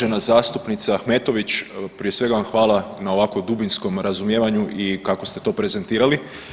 Uvažena zastupnice Ahmetović prije svega vam hvala na ovako dubinskom razumijevanju i kako ste to prezentirali.